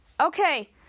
Okay